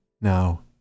now